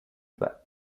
twelve